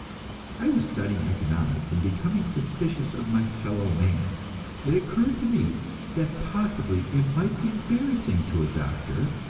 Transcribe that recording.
i was studying economics, and becoming suspicious of my fellow man it occurred to me that possibly it might be embarrassing to a doctor,